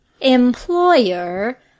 employer